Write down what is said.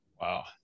Wow